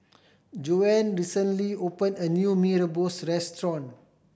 Joann recently open a new Mee Rebus restaurant